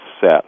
set